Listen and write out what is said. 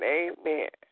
amen